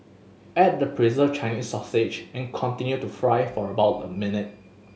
add the preserved Chinese sausage and continue to fry for about a minute